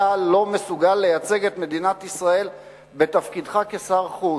אתה לא מסוגל לייצג את מדינת ישראל בתפקידך כשר החוץ.